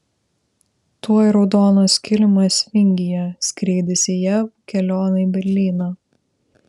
tuoj raudonas kilimas vingyje skrydis į jav kelionė į berlyną